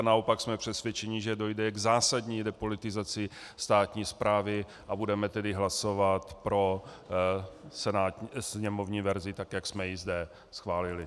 Naopak jsme přesvědčeni, že dojde k zásadní depolitizaci státní správy, a budeme tedy hlasovat pro sněmovní verzi, tak jak jsme ji zde schválili.